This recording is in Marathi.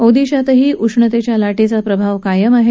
ओदिशातही उष्णतेच्या लाटेचा प्रभाव कायम आहे